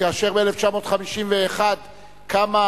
כאשר ב-1951 קמה